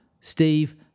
Steve